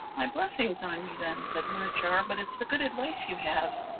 my blessings on ye, then, said munachar, but it's the good advice you have,